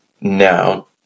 now